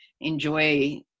enjoy